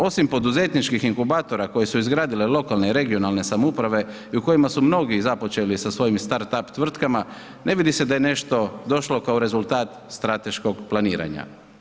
Osim poduzetničkih inkubatora koji su izgradile lokalne i regionalne samouprave i u kojima su mnogi započeli sa svojim start up tvrtkama ne vidi se da je nešto došlo kao rezultat strateškog planiranja.